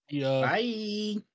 Bye